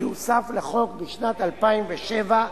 שהוסף לחוק בשנת 2007,